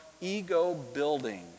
ego-building